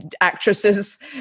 actresses